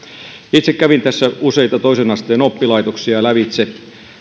itse kävin useita toisen asteen oppilaitoksia lävitse